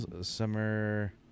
Summer